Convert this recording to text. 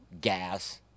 gas